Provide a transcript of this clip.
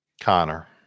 Connor